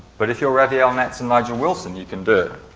but if you're reviel netz and nigel wilson, you can do it.